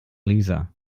lisa